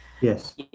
Yes